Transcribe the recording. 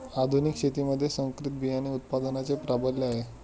आधुनिक शेतीमध्ये संकरित बियाणे उत्पादनाचे प्राबल्य आहे